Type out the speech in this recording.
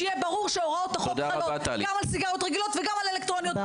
שיהיה ברור שהוראות החוק חלות גם על סיגריות רגילות וגם על אלקטרוניות,